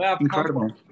incredible